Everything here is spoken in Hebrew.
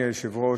היושב-ראש,